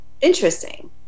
interesting